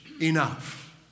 Enough